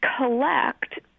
collect